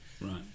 Right